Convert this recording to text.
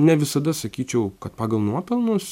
ne visada sakyčiau kad pagal nuopelnus